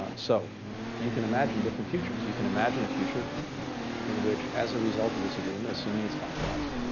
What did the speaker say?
ah so you can imagine different futures. you can imagine a future in which as a result of this agreement, assuming it's finalized,